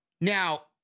Now